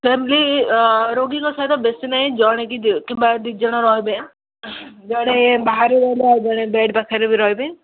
family ରୋଗୀଙ୍କ ସହିତ ବେଶୀ ନାହିଁ ଜଣେ କି ଦି କିମ୍ୱା ଦୁଇ ଜଣ ରହିବେ ଜଣେ ବାହାରୁ ଗଲେ ଜଣେ ବେଡ଼୍ ପାଖରେ ବି ରହିବେ